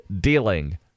dealing